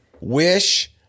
wish